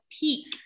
peak